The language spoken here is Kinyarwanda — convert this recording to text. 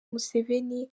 museveni